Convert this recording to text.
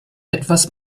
etwas